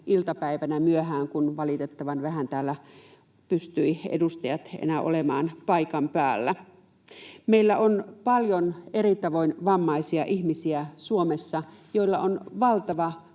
perjantai-iltapäivänä myöhään, kun valitettavan vähän täällä pystyvät edustajat enää olemaan paikan päällä. Meillä on Suomessa paljon eri tavoin vammaisia ihmisiä, joilla on myös valtava